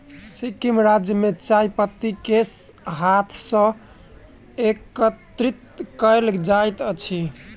सिक्किम राज्य में चाय पत्ती के हाथ सॅ एकत्रित कयल जाइत अछि